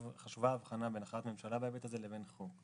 שחשובה ההבחנה בין החלטת ממשלה לבין חוק בהיבט הזה.